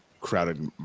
crowded